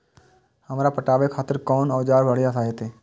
हमरा पटावे खातिर कोन औजार बढ़िया रहते?